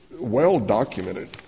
well-documented